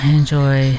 enjoy